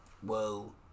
Whoa